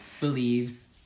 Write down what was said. believes